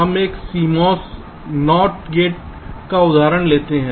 हम एक CMOS NOT gate का उदाहरण लेते हैं